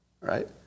right